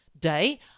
Day